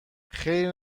خیر